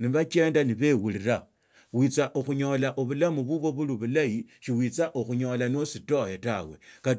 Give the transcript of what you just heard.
Nibachanda nibauhuria khuitsa khunyola obulamu bubwe buli bulahi shiuwitsa okhunyola nositwe tawe